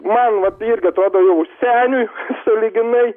man vat irgi atrodo jau seniui sąlyginai